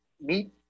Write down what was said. meet